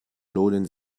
lohnen